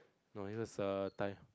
no it is a time